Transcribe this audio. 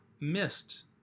missed